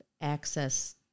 access